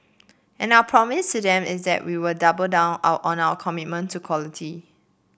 and our promise to them is that we will double down out on our commitment to quality